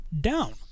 down